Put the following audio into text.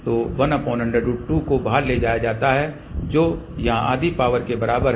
तो 1√2 को बाहर ले जाया जाता है जो यहां आधी पावर के बराबर है